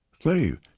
slave